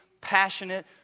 passionate